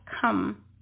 come